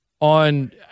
on